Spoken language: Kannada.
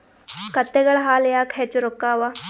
ಕತ್ತೆಗಳ ಹಾಲ ಯಾಕ ಹೆಚ್ಚ ರೊಕ್ಕ ಅವಾ?